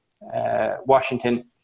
Washington